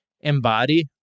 embody